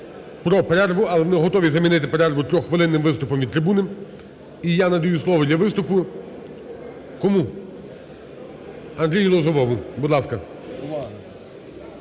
про перерву. Але ми готові замінити перерву трихвилинним виступом від трибуни. І я надаю слово для виступу, кому? Андрію Лозовому. Будь ласка.